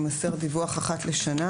יימסר דיווח אחת לשנה,